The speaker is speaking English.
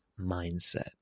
mindset